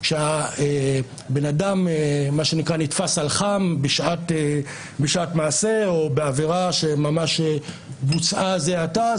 שהבן אדם נתפס על חם בשעת מעשה או בעבירה שממש בוצעה זה עתה.